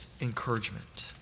encouragement